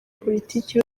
politiki